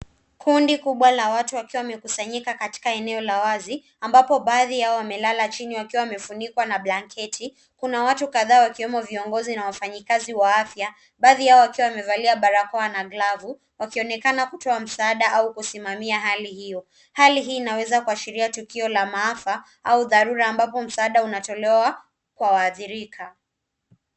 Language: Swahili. Kundi kubwa la watu wakiwa wamekusanyika katika eneo la wazi, ambapo baadhi yao wamelala chini wakiwa wamefunikwa na blanketi. Kuna watu kadhaa wakiwemo viongozi na wafanyikazi wa afya, baadhi yao wakiwa wamevalia barakoa na glavu. Wakionekana kutoa msaada na kusimamia hali hiyo. Hali hii inaweza kuashiria tukio la maafa au dharura, ambapo msaada unatolewa kwa waathirika.